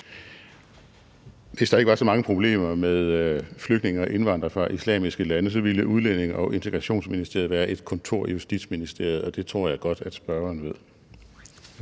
Hvis der ikke var så mange problemer med flygtninge og indvandrere fra islamiske lande, ville Udlændinge- og Integrationsministeriet være et kontor i Justitsministeriet, og det tror jeg godt at spørgeren ved.